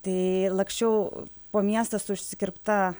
tai laksčiau po miestą su išsikirpta